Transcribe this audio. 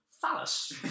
Phallus